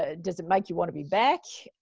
ah does it make you want to be back?